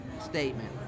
statement